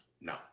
no